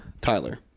Tyler